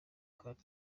kandi